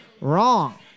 wrong